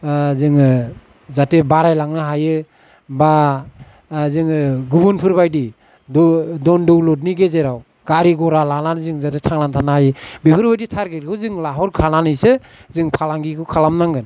जोङो जाथे बारायलांनो हायो बा जोङो गुबुनफोरबायदि धन दौलदनि गेजेराव गारि घरा लानानै जों जाथे थांनानै थानो हायो बेफोरबायदि थार्गेतखौ जों लाहरखानानैसो जों फालांगिखौ खालामनांगोन